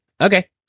Okay